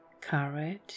courage